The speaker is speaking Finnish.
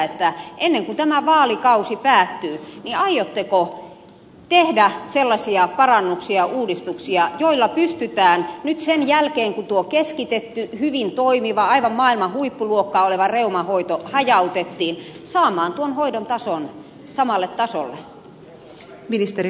ennen kuin tämä vaalikausi päättyy aiotteko tehdä sellaisia parannuksia uudistuksia joilla pystytään nyt sen jälkeen kun tuo keskitetty hyvin toimiva aivan maailman huippuluokkaa oleva reuman hoito hajautettiin saamaan tuo hoito samalle tasolle